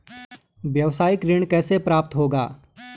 व्यावसायिक ऋण कैसे प्राप्त होगा?